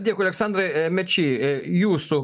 dėkui aleksandrai e mečy e jūsų